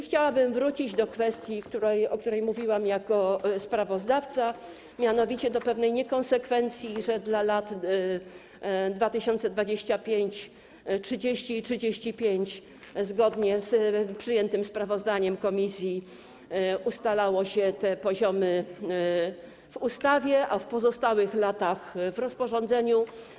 Chciałabym wrócić do kwestii, o której mówiłam jako sprawozdawca, mianowicie do pewnej niekonsekwencji, że dla lat 2025, 2030 i 2035 zgodnie z przyjętym sprawozdaniem komisji ustalało się te poziomy w ustawie, a w pozostałych latach w rozporządzeniu.